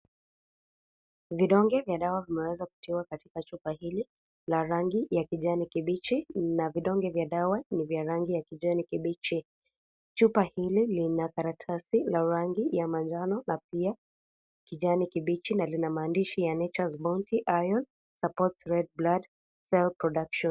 Vidonge vya dawa vimeweza akutiwa katika chupa hili ya rangi ya kjani kibichi, na vidonge vya dawa ni vya rangi ya kijani kibichi, chupa hili lina karatasi ya rangi ya manjano na pia kijani kibichi na lina maandishi ya Nature's Bounty iron supports red blood cells production .